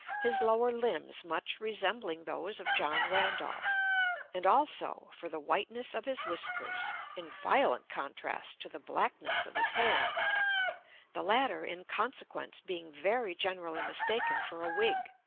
his lower limbs much resembling those of john randolph and, also, for the whiteness of his whiskers, in violent contrast to the blackness of his hair the latter, in consequence, being very generally mistaken for a wig.